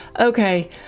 okay